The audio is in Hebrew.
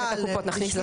הקופות, נכניס לסל.